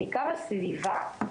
בעיקר הסביבה,